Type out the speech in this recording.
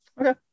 Okay